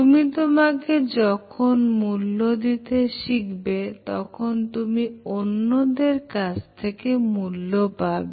তুমি তোমাকে যখন মূল্য দিতে শিখবেতখন তুমি অন্যদের কাছ থেকে মূল্য পাবে